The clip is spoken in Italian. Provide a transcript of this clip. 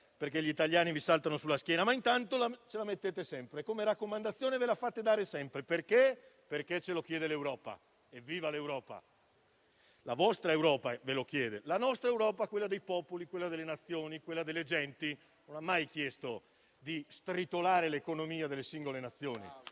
perché gli italiani vi saltano sulla schiena, ma intanto la mettete sempre e ve la fate dare sempre come raccomandazione. Perché? Ce lo chiede l'Europa. Evviva l'Europa! La vostra Europa ve lo chiede; la nostra Europa, quella dei popoli, delle Nazioni e delle genti, non ha mai chiesto di stritolare l'economia delle singole Nazioni.